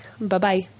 Bye-bye